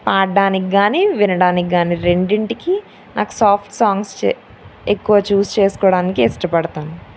పాడడానికి కానీ వినడానికి కానీ రెండింటికి నాకు సాఫ్ట్ సాంగ్స్ చె ఎక్కువ చూస్ చేసుకోవడానికి ఇష్టపడతాను